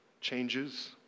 changes